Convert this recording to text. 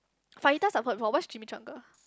fajitas I've tried before what's chimichanga